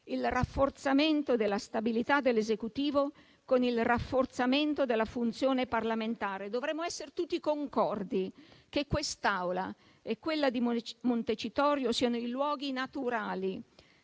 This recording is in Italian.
il rafforzamento della stabilità dell'Esecutivo con il rafforzamento della funzione parlamentare. Dovremmo essere tutti concordi che quest'Aula e quella di Montecitorio siano i luoghi naturali